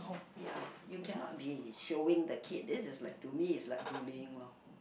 ya you cannot be showing the kid this is like for me is like bullying lor